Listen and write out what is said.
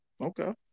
okay